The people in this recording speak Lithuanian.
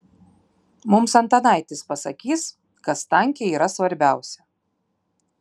mums antanaitis pasakys kas tanke yra svarbiausia